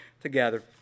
together